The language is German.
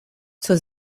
zur